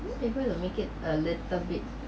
prefer to make it a little bit